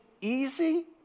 easy